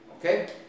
Okay